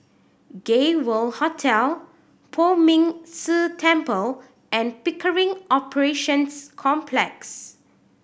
Gay World Hotel Poh Ming Tse Temple and Pickering Operations Complex